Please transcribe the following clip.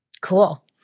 Cool